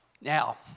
now